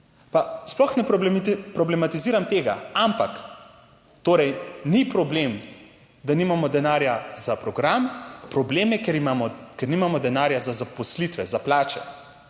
sploh ne problematiziram tega. Ampak torej ni problem, da nimamo denarja za program, problem je, ker imamo, ker nimamo denarja za zaposlitve, za plače,